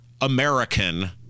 American